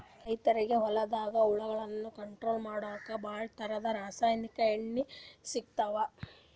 ರೈತರಿಗ್ ಹೊಲ್ದಾಗ ಹುಳ ಕಂಟ್ರೋಲ್ ಮಾಡಕ್ಕ್ ಭಾಳ್ ಥರದ್ ರಾಸಾಯನಿಕ್ ಎಣ್ಣಿ ಸಿಗ್ತಾವ್